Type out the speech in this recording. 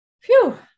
Phew